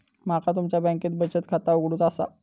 माका तुमच्या बँकेत बचत खाता उघडूचा असा?